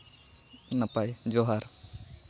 ᱱᱟᱯᱟᱭ ᱡᱚᱦᱟᱨ